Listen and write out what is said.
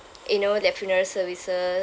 you know their funeral services